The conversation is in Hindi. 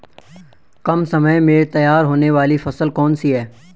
कम समय में तैयार होने वाली फसल कौन सी है?